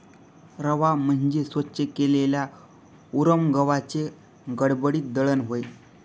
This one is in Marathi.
रवा म्हणजे स्वच्छ केलेल्या उरम गव्हाचे खडबडीत दळण होय